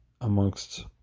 amongst